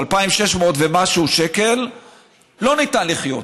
מ-2,600 ומשהו שקל לא ניתן לחיות.